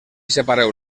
separeu